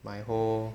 my whole